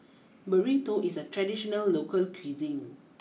Burrito is a traditional local cuisine